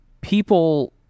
People